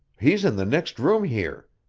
he's in the next room here,